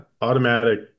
automatic